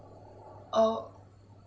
oh